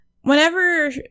Whenever